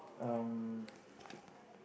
um